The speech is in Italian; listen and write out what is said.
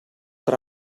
tra